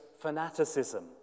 fanaticism